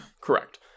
correct